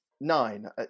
nine